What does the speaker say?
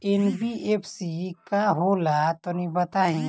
NBFC का होला तनि बताई?